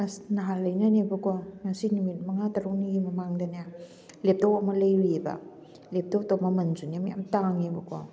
ꯑꯁ ꯅꯍꯥꯟ ꯑꯩꯅꯅꯦꯕꯀꯣ ꯉꯁꯤ ꯅꯨꯃꯤꯠ ꯃꯉꯥ ꯇꯔꯨꯛꯅꯤꯒꯤ ꯃꯃꯥꯡꯗꯅꯦ ꯂꯦꯞꯇꯣꯞ ꯑꯃ ꯂꯩꯔꯨꯏꯌꯦꯕ ꯂꯦꯞꯇꯣꯞꯇꯣ ꯃꯃꯟꯁꯨꯅꯦ ꯃꯌꯥꯝ ꯇꯥꯡꯉꯦꯕꯀꯣ